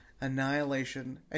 Annihilation